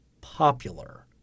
popular